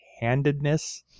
handedness